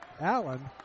Allen